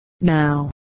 now